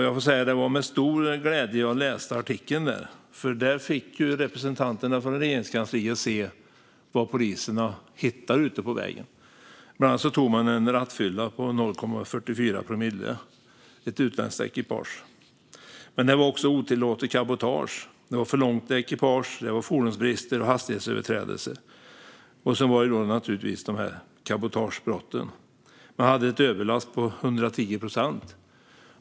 Jag måste säga att det var med stor glädje som jag läste en artikel om detta, för där fick representanterna för Regeringskansliet se vad polisen hittar ute på vägarna. Bland annat tog man en rattfylla på 0,44 promille, ett utländskt ekipage. Man hittade också otillåtet cabotage, för långa ekipage, fordonsbrister och hastighetsöverträdelser och naturligtvis också cabotagebrott. Ett ekipage hade en överlast på 110 procent.